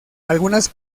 algunas